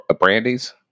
brandy's